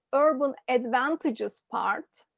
orrible advantages part.